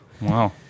Wow